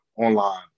online